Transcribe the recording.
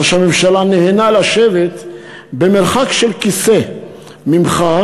ראש הממשלה נהנה לשבת במרחק של כיסא ממך,